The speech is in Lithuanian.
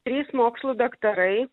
trys mokslų daktarai